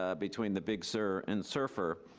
ah between the big sur and serfr,